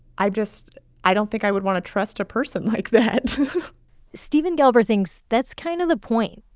i just i don't think i would want to trust a person like that steven gelber thinks that's kind of the point.